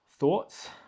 Thoughts